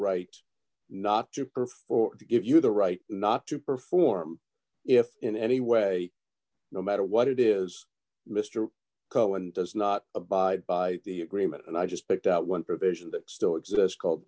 right not to perform to give you the right not to perform if in any way no matter what it is mr cohen does not abide by the agreement and i just picked out one provision that still exist called